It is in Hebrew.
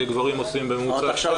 גברים עושים בממוצע --- שעות.